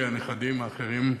הנכדים, האחרים,